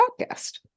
podcast